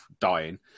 dying